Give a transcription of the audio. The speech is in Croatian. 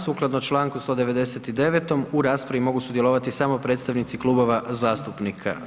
Sukladno Članku 199. u raspravi mogu sudjelovati samo predstavnici klubova zastupnika.